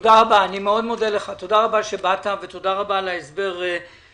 תודה רבה שבאת, ותודה רבה על ההסבר שלך.